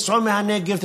תיסעו מהנגב,